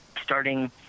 starting